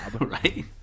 right